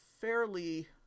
fairly